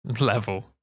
level